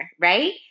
right